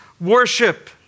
worship